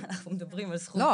לא,